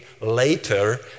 later